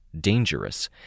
dangerous